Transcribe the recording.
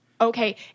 okay